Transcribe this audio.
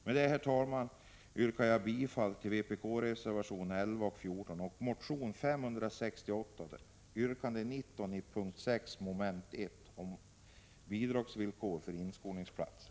Med detta, herr talman, yrkar jag bifall till vpk-reservationerna 11 och 14 samt till motion 568, yrkande 19, som hänför sig till utskottets hemställan under punkt 6, mom. 1, om bidragsvillkor för inskolningsplatserna.